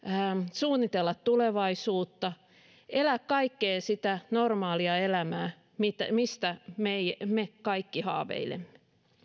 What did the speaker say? suunnitella tulevaisuutta elää kaikkea sitä normaalia elämää mistä me me kaikki haaveilemme